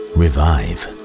revive